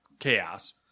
chaos